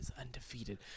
undefeated